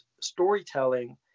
storytelling